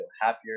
happier